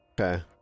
Okay